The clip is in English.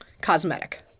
cosmetic